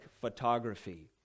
photography